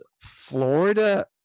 Florida